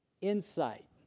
insight